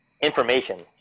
information